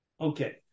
Okay